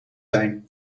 zijn